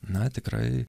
na tikrai